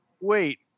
wait